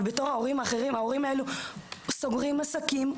אבל הורים סוגרים עסקים,